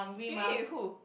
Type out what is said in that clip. you eat with who